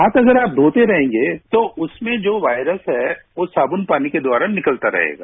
हाथ अगर आप धोते रहेंगे तो उसमें जो वॉयरस है वो साबुन पानी के द्वारा निकलता रहेगा